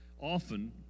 often